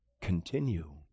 continue